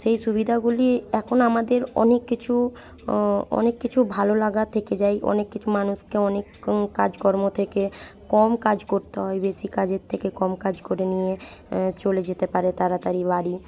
সেই সুবিধাগুলি এখন আমাদের অনেক কিছু অনেক কিছু ভালো লাগা থেকে যায় অনেক কিছু মানুষকে অনেক কাজকর্ম থেকে কম কাজ করতে হয় বেশি কাজের থেকে কম কাজ করে নিয়ে চলে যেতে পারে তাড়াতাড়ি বাড়ি